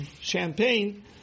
champagne